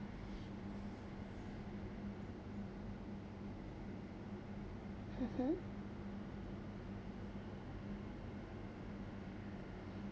mmhmm